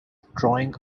drawing